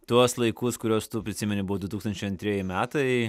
tuos laikus kuriuos tu prisimeni buvo du tūkstančiai antrieji metai